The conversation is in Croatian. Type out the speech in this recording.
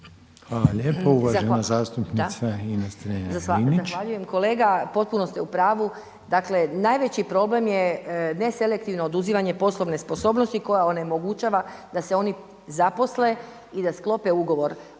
…/Govornica se ne razumije./… Kolega potpuno ste u pravu, dakle najveći problem je neselektivno oduzimanje poslovne sposobnosti koja onemogućava da se oni zaposle i da sklope ugovore.